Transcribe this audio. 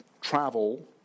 travel